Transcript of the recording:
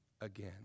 again